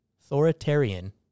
Authoritarian